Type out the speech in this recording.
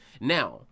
Now